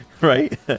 Right